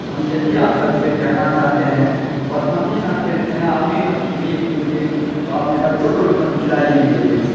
ہم یہی آپ سب سے کہنا چاہتے ہیں اور ہم بھی نہ کھیلتے ہیں آپ بھی مت کھیلیے ویڈیو گیمس اور اپنے بچوں کو بھی مت کھلائیے بیڈیو گیمس